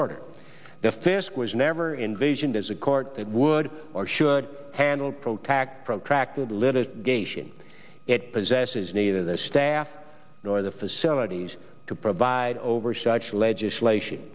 order the fairest was never envisioned as a court that would or should handle protract protracted litigation it possesses neither the staff nor the facilities to provide oversight legislation